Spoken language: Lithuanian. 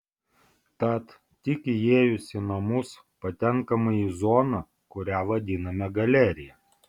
tad tik įėjus į namus patenkama į zoną kurią vadiname galerija